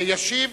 ישיב